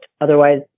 Otherwise